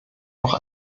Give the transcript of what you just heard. auch